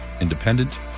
independent